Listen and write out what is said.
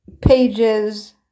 pages